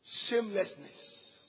shamelessness